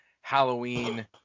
Halloween